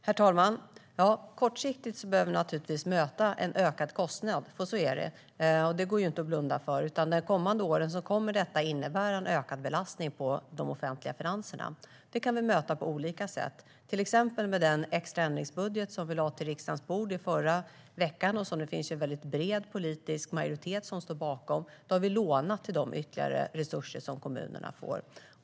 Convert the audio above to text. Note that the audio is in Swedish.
Herr talman! Ja, kortsiktigt behöver vi naturligtvis möta en ökad kostnad. Så är det, och det går inte att blunda för. De kommande åren kommer detta att innebära en ökad belastning på de offentliga finanserna. Detta kan vi möta på olika sätt, till exempel med den extra ändringsbudget som vi lade på riksdagens bord förra veckan och som det finns en väldigt bred politisk majoritet bakom. Där har vi lånat till de ytterligare resurser som kommunerna får.